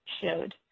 showed